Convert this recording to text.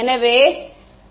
எனவே பார்ப்போம்